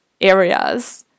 areas